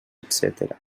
etcètera